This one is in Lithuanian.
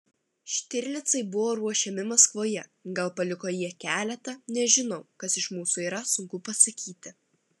štirlicai buvo ruošiami maskvoje gal paliko jie keletą nežinau kas iš mūsų yra sunku pasakyti